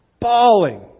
bawling